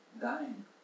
dying